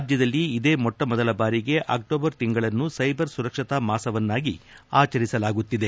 ರಾಜ್ಯದಲ್ಲಿ ಇದೇ ಮೊತ್ತಮೊದಲ ಬಾರಿಗೆ ಅಕ್ಟೋಬರ್ ತಿಂಗಳನ್ನು ಸೈಬರ್ ಸುರಕ್ಷತಾ ಮಾಸವನ್ನಾಗಿ ಆಚರಿಸಲಾಗುತ್ತಿದೆ